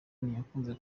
ntiyakunze